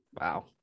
Wow